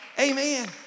Amen